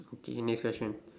okay next question